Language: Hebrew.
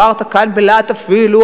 אמרת כאן בלהט: אפילו,